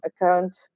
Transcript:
account